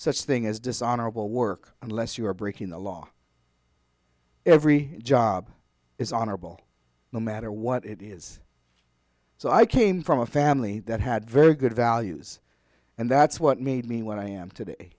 such thing as dishonorable work unless you are breaking the law every job is honorable no matter what it is so i came from a family that had very good values and that's what made me what i am today